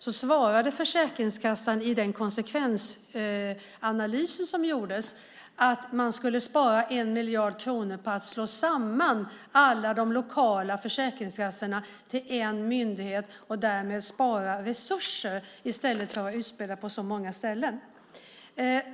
I den konsekvensanalys som då gjordes svarade Försäkringskassan att man skulle spara 1 miljard kronor på att slå samman alla de lokala försäkringskassorna till en myndighet. Genom att inte vara utspridda på många ställen skulle man alltså spara resurser.